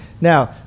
Now